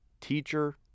teacher